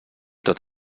tot